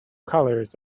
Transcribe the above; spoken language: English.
colors